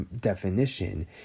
definition